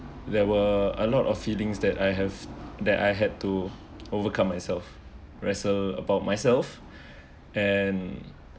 there were a lot of feelings that I have that I had to overcome myself wrestle about myself and